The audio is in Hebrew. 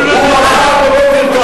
אולמרט נתן לו את זה,